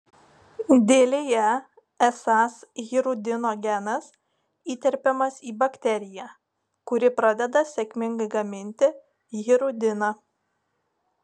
dėlėje esąs hirudino genas įterpiamas į bakteriją kuri pradeda sėkmingai gaminti hirudiną